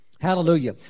Hallelujah